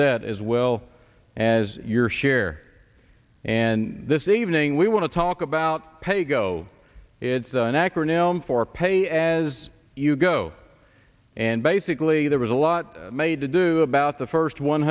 debt as well as your share and this evening we want to talk about paygo it's an acronym for pay as you go and basically there was a lot made to do about the first one